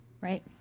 Right